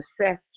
assessed